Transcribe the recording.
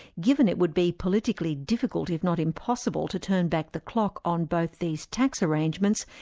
given it would be politically difficult, if not impossible to turn back the clock on both these tax arrangements,